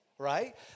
Right